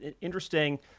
Interesting